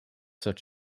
such